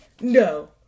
No